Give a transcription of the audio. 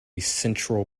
central